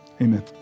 Amen